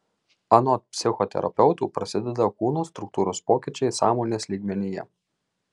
anot psichoterapeutų prasideda kūno struktūros pokyčiai sąmonės lygmenyje